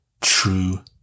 true